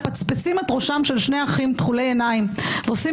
מפצפצים את ראשם של שני אחים תכולי עיניים ועושים